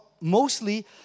mostly